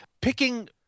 picking